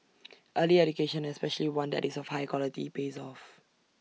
early education especially one that is of high quality pays off